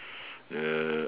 uh